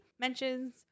mentions